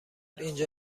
اینجا